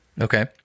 Okay